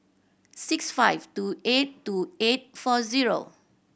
six five two eight two eight four zero